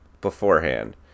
beforehand